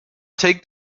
take